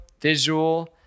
visual